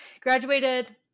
graduated